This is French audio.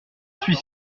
suis